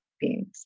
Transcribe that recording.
beings